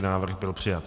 Návrh byl přijat.